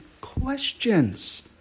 questions